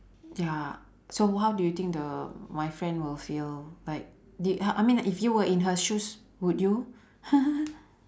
ya so how do you think the my friend will feel like did h~ I mean like if you were in her shoes would you